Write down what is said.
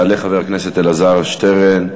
יעלה חבר הכנסת אלעזר שטרן,